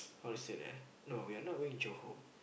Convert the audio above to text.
how to said eh no we are not going Johor